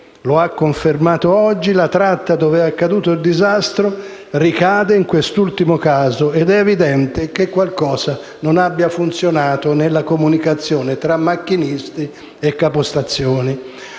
lo ha confermato oggi - la tratta dove è accaduto il disastro ricade in quest'ultimo caso ed è evidente che qualcosa non abbia funzionato nella comunicazione tra macchinisti e capistazione.